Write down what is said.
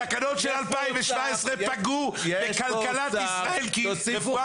שהתקנות של 2017 פגעו בכלכלת ישראל כי רפואה